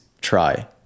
try